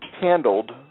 handled